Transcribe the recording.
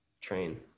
train